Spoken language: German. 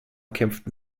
kämpften